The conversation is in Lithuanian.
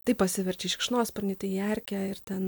tai pasiverčia į šikšnosparnį tai į erkę ir ten